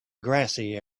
grassy